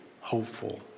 hopeful